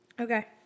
Okay